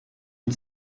und